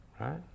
Right